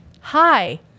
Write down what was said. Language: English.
hi